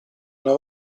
una